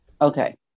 Okay